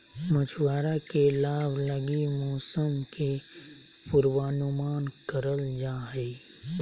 मछुआरा के लाभ लगी मौसम के पूर्वानुमान करल जा हइ